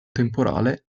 temporale